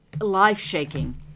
life-shaking